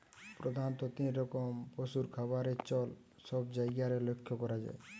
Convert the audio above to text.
প্রধাণত তিন রকম পশুর খাবারের চল সব জায়গারে লক্ষ করা যায়